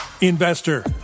investor